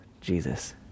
Jesus